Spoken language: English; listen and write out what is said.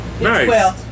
Nice